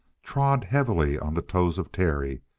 trod heavily on the toes of terry,